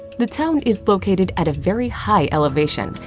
the town is located at a very high elevation,